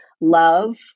love